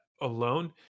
alone